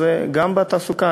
אז גם בתעסוקה.